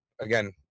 again